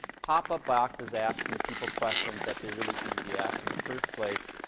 pop-up boxes asking people questions that they really shouldn't be asked in the first place.